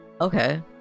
Okay